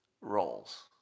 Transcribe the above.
roles